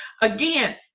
again